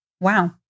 wow